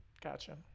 Gotcha